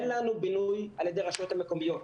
אין לנו בינוי על ידי הרשויות המקומיות.